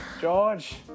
George